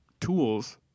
tools